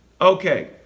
Okay